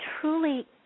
truly